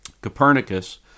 Copernicus